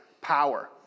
power